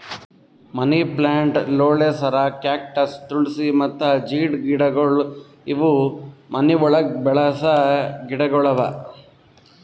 ಮನಿ plant, ಲೋಳೆಸರ, cactus, ತುಳ್ಸಿ ಮತ್ತ ಜೀಡ್ ಗಿಡಗೊಳ್ ಇವು ಮನಿ ಒಳಗ್ ಬೆಳಸ ಗಿಡಗೊಳ್ ಅವಾ